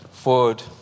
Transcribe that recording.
forward